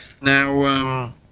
Now